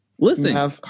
Listen